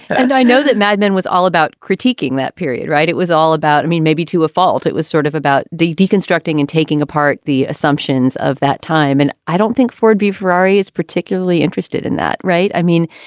and i know that mad men was all about critiquing that period, right? it was all about. i mean, maybe to a fault. it was sort of about deconstructing and taking apart the assumptions of that time. and i don't think ford v. ferrari is particularly interested in that. right. i mean,